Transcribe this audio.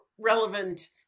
relevant